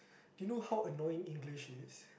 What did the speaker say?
do you know annoying English is